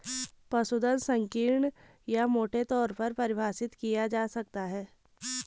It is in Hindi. पशुधन संकीर्ण या मोटे तौर पर परिभाषित किया जा सकता है